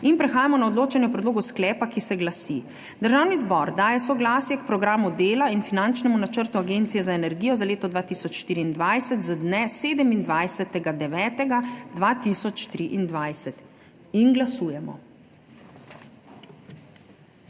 Prehajamo na odločanje o predlogu sklepa, ki se glasi: Državni zbor daje soglasje k programu dela in finančnemu načrtu Agencije za energijo za leto 2024 z dne 27. 9. 2023. Glasujemo.